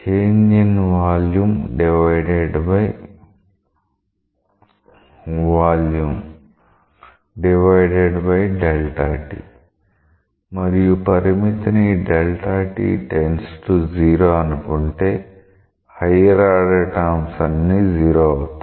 change in volume divided by volume divided by Δ t మరియు పరిమితిని Δ t →0 అనుకుంటే higher order terms అన్ని 0 అవుతాయి